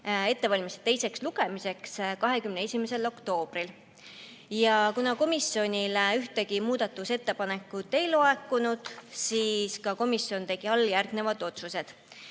ettevalmistamist teiseks lugemiseks 21. oktoobril. Kuna komisjonile ühtegi muudatusettepanekut ei laekunud, siis komisjon tegi alljärgnevad otsused,